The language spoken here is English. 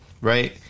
right